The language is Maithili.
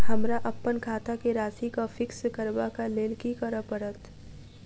हमरा अप्पन खाता केँ राशि कऽ फिक्स करबाक लेल की करऽ पड़त?